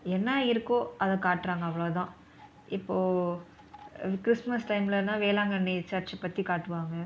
என்ன இருக்கோ அதை காட்டுறாங்க அவ்வளோ தான் இப்போது கிறிஸ்மஸ் டைம்லன்னால் வேளாங்கண்ணி சர்ச் பற்றிக் காட்டுவாங்க